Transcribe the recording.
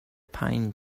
pine